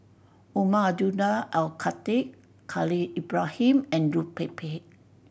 Umar Abdullah Al Khatib Khalil Ibrahim and Liu Pei Pei